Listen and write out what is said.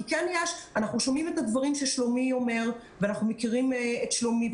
אנחנו שומעים את הדברים ששלומי אומר ואנחנו מכירים את שלומי,